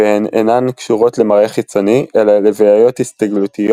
והן אינן קשורות למראה חיצוני אלא לבעיות הסתגלותיות